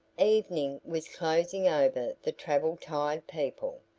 evening was closing over the travel-tired people.